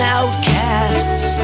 outcasts